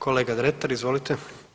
Kolega Dretar, izvolite.